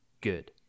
good